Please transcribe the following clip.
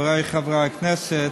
חברי חברי הכנסת,